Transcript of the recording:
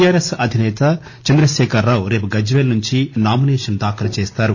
TRS అధినేత చంద్రశేఖర్ రావు రేపు గజ్వేల్ నుంచి నామిసేషన్ దాఖలు చేస్తారు